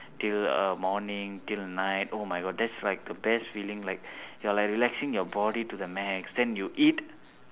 till uh morning till night oh my god that's like the best feeling like you're like relaxing your body to the max then you eat